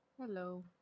Hello